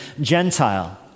Gentile